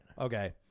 Okay